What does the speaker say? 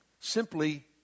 simply